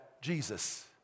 Jesus